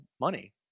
money